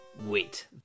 wait